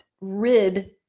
rid